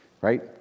Right